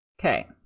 Okay